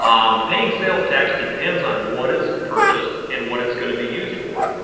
um paying sales tax depends on what is purchased and what it's going to be used for.